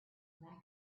mecca